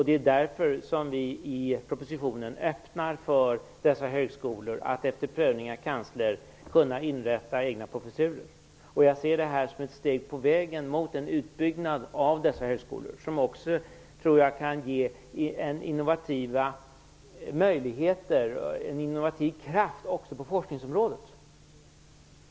Det är därför som vi i propositionen öppnar för dessa högskolor att efter prövning av kansler kunna inrätta egna professurer. Jag ser detta som ett steg på vägen mot en utbyggnad av dessa högskolor, som också tror jag kan utgöra en innovativ kraft på forskningsområdet.